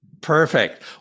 Perfect